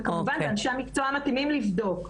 וכמובן שאנשי המקצוע מתאימים לבדוק.